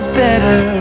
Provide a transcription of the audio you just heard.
better